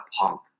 punk